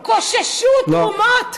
ששנים עבדו וקוששו תרומות,